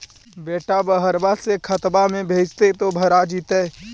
बेटा बहरबा से खतबा में भेजते तो भरा जैतय?